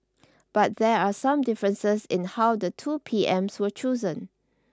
but there are some differences in how the two P Ms were chosen